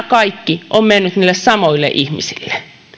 kaikki ovat menneet niille samoille ihmisille